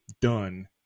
done